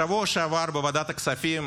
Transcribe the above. בשבוע שעבר, בוועדת הכספים,